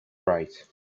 right